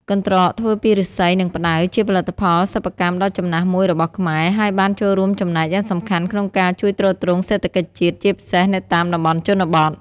កន្ត្រកធ្វើពីឫស្សី និងផ្តៅ ជាផលិតផលសិប្បកម្មដ៏ចំណាស់មួយរបស់ខ្មែរ ហើយបានចូលរួមចំណែកយ៉ាងសំខាន់ក្នុងការជួយទ្រទ្រង់សេដ្ឋកិច្ចជាតិ ជាពិសេសនៅតាមតំបន់ជនបទ។